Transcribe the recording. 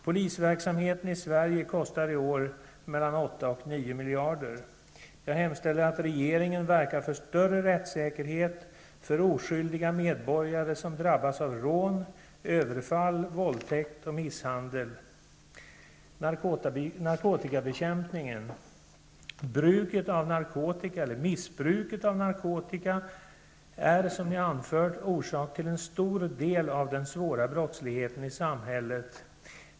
Polisverksamheten i Sverige kostar i år 8--9 miljarder. Jag hemställer att regeringen verkar för större rättssäkerhet för oskyldiga medborgare som drabbas av rån, överfall, våldtäkt och misshandel. Vidare har vi narkotikabekämpningen. Missbruket av narkotika är, som jag anfört, orsak till en stor del av den svåra brottsligheten i samhället.